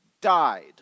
died